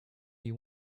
you